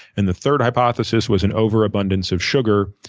and the third hypothesis was an overabundance of sugar,